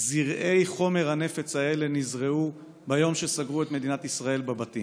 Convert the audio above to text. זרעי חומר הנפץ האלה נזרעו ביום שסגרו את מדינת ישראל בבתים,